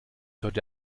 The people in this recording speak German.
heute